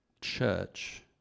church